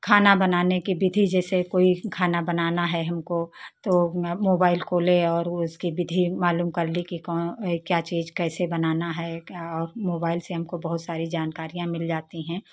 खाना बनाने की विधि जैसे कोई खाना बनाना है हमको तो मोबाइल खोले और उसकी विधि मालूम कर ली कि कौन क्या चीज़ कैसे बनाना है और मोबाइल से हमको बहुत सारी जानकारियाँ मिल जाती हैं